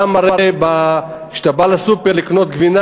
הרי גם כשאתה בא לסופר לקנות גבינה,